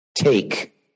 Take